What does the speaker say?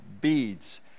beads